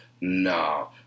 No